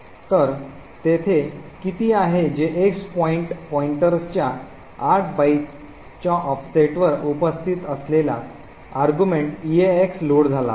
तर तेथे किती आहे जे X पॉईंट पॉईंटर्सच्या 8 बाइटच्या ऑफसेटवर उपस्थित असलेला अर्ग्युमेंटमध्ये EAX लोड झाला आहे